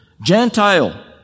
Gentile